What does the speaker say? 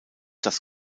das